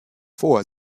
vor